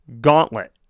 gauntlet